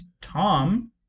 Tom